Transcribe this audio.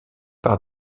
par